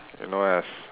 you know as